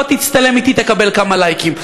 בוא תצטלם אתי, תקבל כמה לייקים.